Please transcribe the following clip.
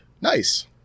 Nice